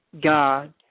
God